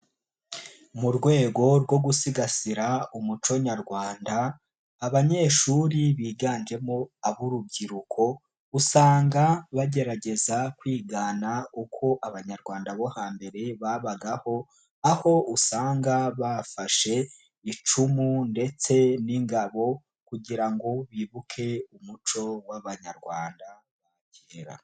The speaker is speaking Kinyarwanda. Mu rwego rwo gusigasira umuco nyarwanda, abanyeshuri biganjemo ab'urubyiruko usanga bagerageza kwigana uko Abanyarwanda bo hambere babagaho aho usanga bafashe icumu ndetse n'ingabo kugira ngo bibuke umuco w'Abanyarwanda ba kera.